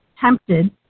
tempted